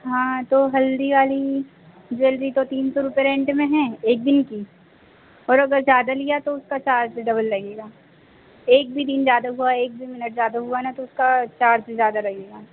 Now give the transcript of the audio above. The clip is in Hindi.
हाँ तो हल्दी वाली ज्वेलरी तो तीन सौ रुपये रेंट में है एक दिन की और अगर ज़्यादा लिया तो उसका चार्ज डबल लगेगा एक भी दिन ज़्यादा हुआ एक भी मिनट ज़्यादा हुआ ना तो उसका चार्ज ज़्यादा लगेगा